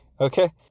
okay